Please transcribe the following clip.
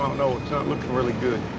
know. it's not looking really good.